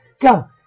go